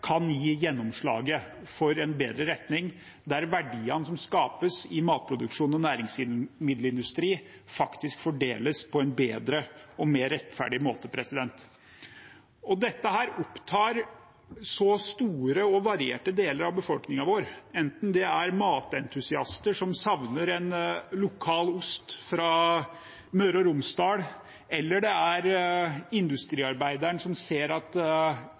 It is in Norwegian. kan gi gjennomslaget for en bedre retning, der verdiene som skapes i matproduksjon og næringsmiddelindustri, faktisk fordeles på en bedre og mer rettferdig måte. Dette opptar så store og varierte deler av befolkningen vår, enten det er matentusiaster som savner en lokal ost fra Møre og Romsdal, eller det er industriarbeideren som ser at